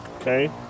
Okay